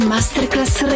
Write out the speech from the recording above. Masterclass